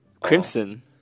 Crimson